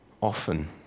often